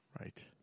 Right